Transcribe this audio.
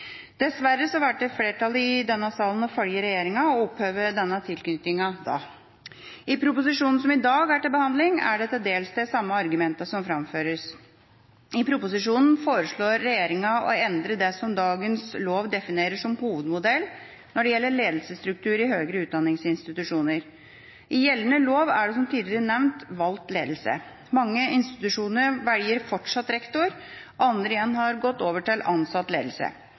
Dessverre valgte flertallet i denne salen å følge regjeringa og oppheve denne tilknytningen. I proposisjonen som i dag er til behandling, er det til dels de samme argumentene som framføres. I proposisjonen foreslår regjeringa å endre det som dagens lov definerer som hovedmodell når det gjelder ledelsesstruktur i høyere utdanningsinstitusjoner. I gjeldende lov er det, som tidligere nevnt, valgt ledelse. Mange institusjoner velger fortsatt rektor, andre igjen har gått over til ansatt ledelse.